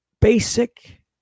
basic